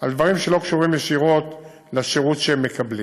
על דברים שלא קשורים ישירות לשירות שהם מקבלים.